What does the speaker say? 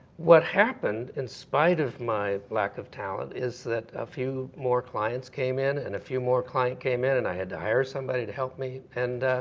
what happened, in spite of my lack of talent, is that a few more clients came in, and a few more clients came in, and i had to hire somebody to help me. and